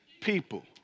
people